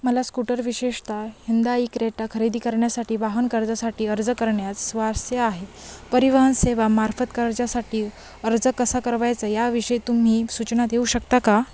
मला स्कूटर विशेषतः Hyundai Creta खरेदी करण्यासाठी वाहन कर्जासाठी अर्ज करण्यात स्वारस्य आहे परिवहन सेवेमार्फत कर्जासाठी अर्ज कसा करावयाचा याविषयी तुम्ही सूचना देऊ शकता का